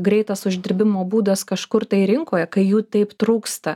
greitas uždirbimo būdas kažkur tai rinkoje kai jų taip trūksta